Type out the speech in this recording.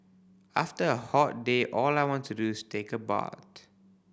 after a hot day all I want to do is take a bath